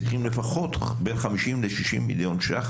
צריכים לפחות בין 50 ל-60 מיליון ש"ח